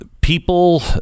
people